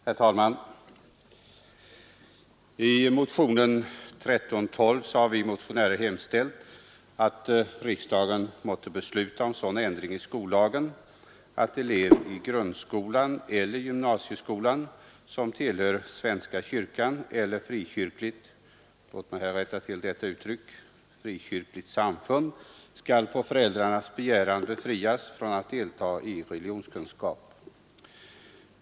Herr talman! I motionen 1312 har vi motionärer hemställt att riksdagen måtte besluta om sådan ändring i skollagen att elev i grundskolan eller gymnasieskolan som tillhör svenska kyrkan eller frikyrkligt — i motionen står frireligiöst, men det skall vara frikyrkligt — samfund skall på föräldrarnas begäran befrias från att delta i undervisning i religionskunskap.